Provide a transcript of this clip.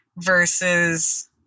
versus